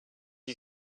you